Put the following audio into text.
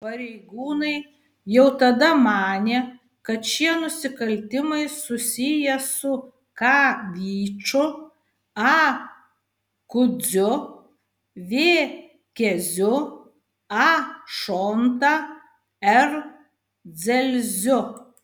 pareigūnai jau tada manė kad šie nusikaltimai susiję su k vyču a kudziu v keziu a šonta r dzelziu